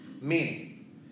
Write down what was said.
meaning